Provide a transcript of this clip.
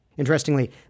Interestingly